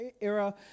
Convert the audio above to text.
era